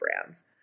brands